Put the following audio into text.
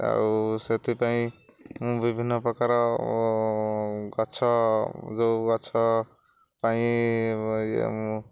ଆଉ ସେଥିପାଇଁ ମୁଁ ବିଭିନ୍ନ ପ୍ରକାର ଗଛ ଯେଉଁ ଗଛ ପାଇଁ ମୁଁ